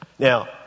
Now